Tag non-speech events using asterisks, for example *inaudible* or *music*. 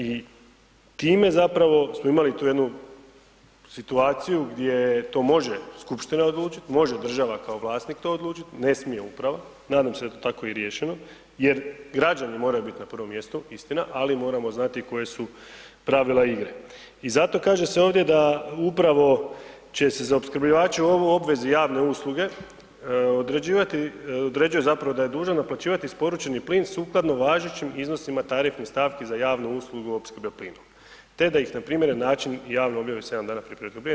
I time zapravo smo imali tu jednu situaciju gdje to može skupština odlučiti, može država kao vlasnik to odlučit, ne smije uprava, nadam se da je to tako i riješeno jer građani moraju biti na prvom mjestu istina, ali moramo znati koja su pravila igre i zato kaže se ovdje da upravo će se za opskrbljivače ovo u obvezi javne usluge određivati, određuje zapravo da je dužan naplaćivati isporučeni plin sukladno važećim iznosima tarifnih stavki za javnu uslugu opskrbe plinom te da ih na primjeren način javno objavi 7 dana ... *unintelligible* itd.